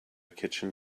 kitchen